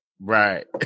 right